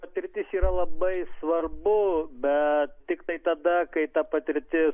patirtis yra labai svarbu bet tiktai tada kai ta patirtis